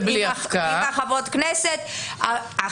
אחרי שחברות הכנסת הביעו את עמדתן,